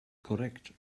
correct